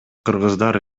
кыргыздар